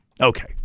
Okay